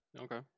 Okay